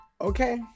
Okay